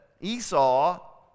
Esau